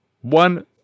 one